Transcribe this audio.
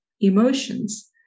emotions